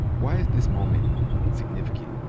why is this moment significant?